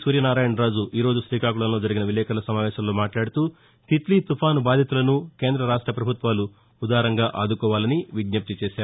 సూర్య నారాయణ రాజు ఈరోజు శ్రీకాకుళంలో జరిగిన విలేకర్ల సమావేశంలో మాట్లాడుతూ తిత్లీ తుపాను బాధితులను కేంద రాష్ట ప్రభుత్వాలు ఉదారంగా ఆదుకోవాలని విజ్ఞప్తి చేశారు